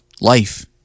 life